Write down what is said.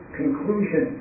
conclusion